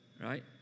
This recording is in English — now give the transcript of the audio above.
right